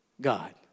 God